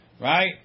Right